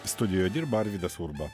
studijoje dirba arvydas urba